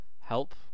help